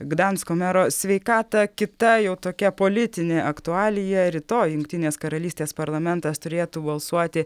gdansko mero sveikatą kita jau tokia politinė aktualija rytoj jungtinės karalystės parlamentas turėtų balsuoti